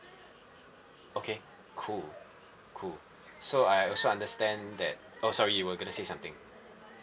okay cool cool so I also understand that oh sorry you were gonna say something